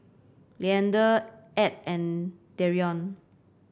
Leander Edd and Dereon